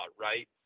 right